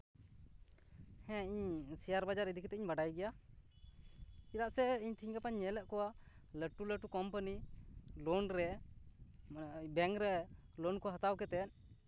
ᱦᱮᱸ ᱤᱧ ᱥᱮᱭᱟᱨ ᱵᱟᱡᱟᱨ ᱤᱫᱤ ᱠᱟᱛᱮᱧ ᱵᱟᱰᱟᱭ ᱜᱮᱭᱟ ᱪᱮᱫᱟᱜ ᱥᱮ ᱤᱧ ᱛᱤᱦᱤᱧ ᱜᱟᱯᱟᱧ ᱧᱮᱞᱮᱫ ᱠᱚᱣᱟ ᱞᱟᱹᱴᱩᱼᱞᱟᱹᱴᱩ ᱠᱳᱢᱯᱟᱱᱤ ᱞᱳᱱ ᱨᱮ ᱢᱟᱱᱮ ᱵᱮᱝᱠ ᱨᱮ ᱞᱳᱱ ᱠᱚ ᱦᱟᱛᱟᱣ ᱠᱟᱛᱮᱫ